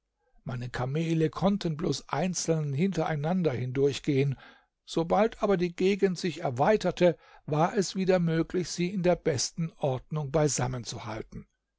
meine kamele konnten bloß einzeln hintereinander hindurchgehen sobald aber die gegend sich erweiterte war es wieder möglich sie in der besten ordnung zusammen zu halten